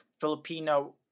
Filipino